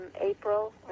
April